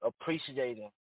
appreciating